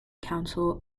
council